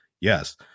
Yes